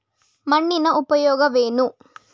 ಮಣ್ಣಿನ ಉಪಯೋಗವೇನು?